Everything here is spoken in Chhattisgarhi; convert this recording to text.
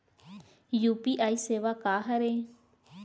यू.पी.आई सेवा का हरे?